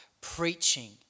preaching